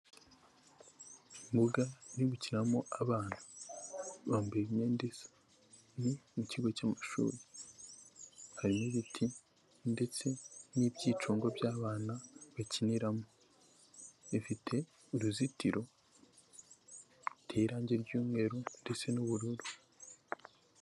Imbuga iri gukiniramo abana bambaye imyenda isa, ni mu kigo cy'amashuri harimo ibiti ndetse n'ibyicungo by'abana bakiniramo, ifite uruzitiro ruteye irangi ry'umweru ndetse n'ubururu.